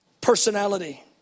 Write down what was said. personality